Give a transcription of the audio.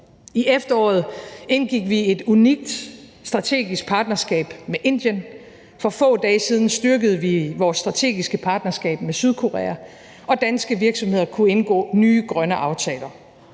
I efteråret indgik vi et unikt strategisk partnerskab med Indien, for få dage siden styrkede vi vores strategiske partnerskab med Sydkorea, og danske virksomheder kunne indgå nye grønne aftaler.